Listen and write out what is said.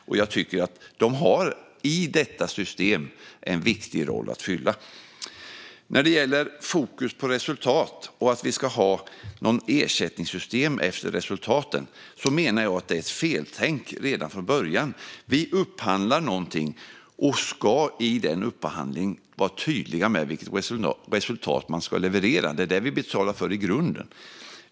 Jag tycker att de har en viktig roll att fylla i det system som finns. Fokus på resultat och ett ersättningssystem efter resultat är, menar jag, ett feltänk redan från början. Vi upphandlar något och ska i denna upphandling vara tydliga med vilka resultat som ska levereras. Det betalar vi ju för i grunden.